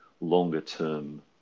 longer-term